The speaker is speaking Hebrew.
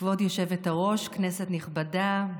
כבוד היושבת-ראש, כנסת נכבדה,